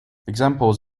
examples